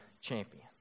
champion